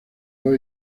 dos